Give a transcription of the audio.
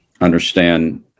understand